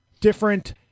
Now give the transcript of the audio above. different